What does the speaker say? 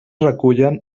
recullen